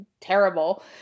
terrible